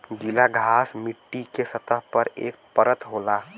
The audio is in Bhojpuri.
गीला घास मट्टी के सतह पर एक परत होला